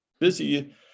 Busy